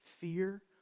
fear